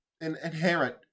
inherent